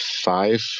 five